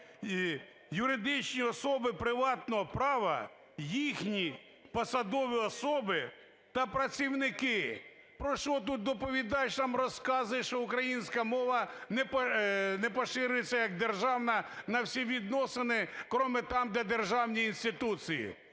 юридичні особи приватного права, їхні посадові особи та працівники". Про що отут доповідач нам розказує, що українська мова не поширюється як державна на всі відносини, крім там, де державні інституції?